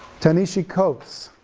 ta-nehisi coates,